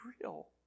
real